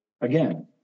again